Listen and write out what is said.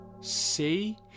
see